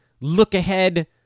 look-ahead